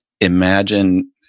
imagine